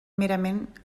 merament